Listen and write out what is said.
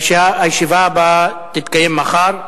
הישיבה הבאה תתקיים מחר,